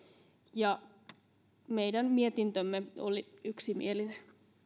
ja meidän mietintömme oli yksimielinen